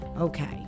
Okay